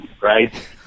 right